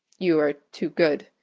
you are too good.